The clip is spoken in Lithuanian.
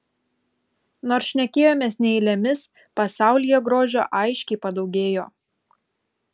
nors šnekėjomės ne eilėmis pasaulyje grožio aiškiai padaugėjo